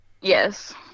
Yes